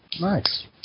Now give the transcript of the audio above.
Nice